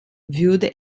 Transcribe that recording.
würde